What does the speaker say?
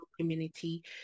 community